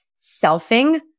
selfing